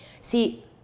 see